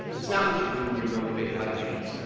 that's not what you do when you are motivated by animus.